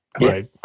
Right